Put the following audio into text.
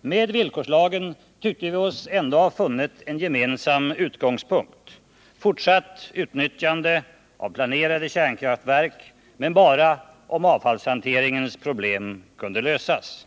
Med villkorslagen tyckte vi oss ändå ha funnit en gemensam utgångspunkt: fortsatt utnyttjande av planerade kärnkraftverk, men bara om avfallshanteringens problem kunde lösas.